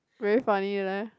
very funny leh